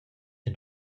ein